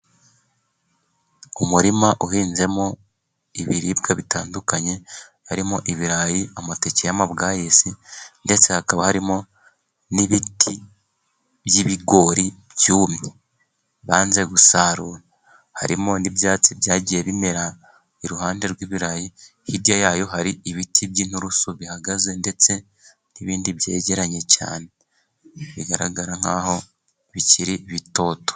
Umurima uhinzemo ibiribwa bitandukanye, harimo: ibirayi, amateke y'amabwasi, ndetse hakaba harimo n'ibiti by'ibigori byumye banze gusarura. Harimo n'ibyatsi byagiye bimera iruhande rw'ibirayi, hirya yaho hari ibiti by'inturusu bihagaze ndetse n'ibindi byegeranye cyane bigaragara nkaho bikiri bitoto.